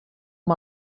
amb